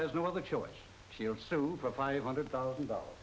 is no other choice she'll sue for five hundred thousand dollars